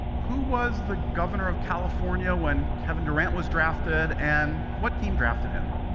who was the governor of california when kevin durant was drafted, and what team drafted him?